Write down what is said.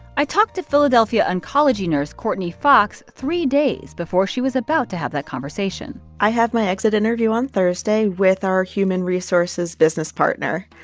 i talked to philadelphia oncology nurse courtney fox three days before she was about to have that conversation i have my exit interview on thursday with our human resources business partner.